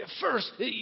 First